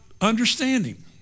understanding